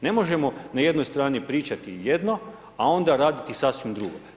Ne možemo na jednoj strani pričati jedno, a onda raditi sasvim drugo.